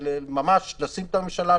ממש לשים את הממשלה,